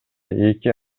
эки